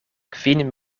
kvin